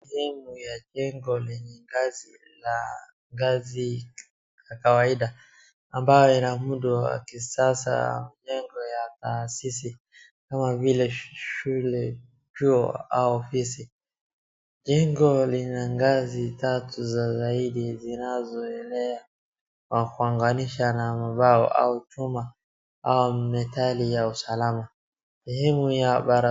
Sehemu ya jengo yenye ngazi la ngazi ya kawaida, ambaye ina muundo wa kisasa lengo ya taasisi, kama vile shule, chuo au ofisi, jengo lina ngazi tatu za laini zinazoelea kwa kwambatabisha na mabao au chuma au metali ya usalama, sehemu ya bara.